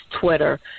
Twitter